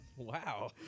Wow